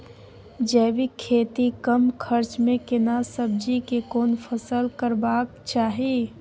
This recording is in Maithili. जैविक खेती कम खर्च में केना सब्जी के कोन फसल करबाक चाही?